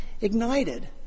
ignited